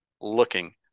looking